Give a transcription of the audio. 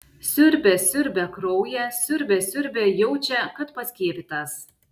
siurbia siurbia kraują siurbia siurbia jaučia kad paskiepytas